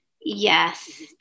Yes